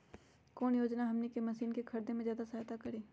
कौन योजना हमनी के मशीन के खरीद में ज्यादा सहायता करी?